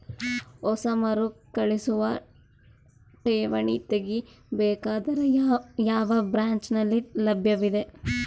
ಹೊಸ ಮರುಕಳಿಸುವ ಠೇವಣಿ ತೇಗಿ ಬೇಕಾದರ ಯಾವ ಬ್ರಾಂಚ್ ನಲ್ಲಿ ಲಭ್ಯವಿದೆ?